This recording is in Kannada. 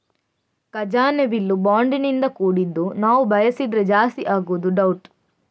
ಖಜಾನೆ ಬಿಲ್ಲು ಬಾಂಡಿನಿಂದ ಕೂಡಿದ್ದು ನಾವು ಬಯಸಿದ್ರೆ ಜಾಸ್ತಿ ಆಗುದು ಡೌಟ್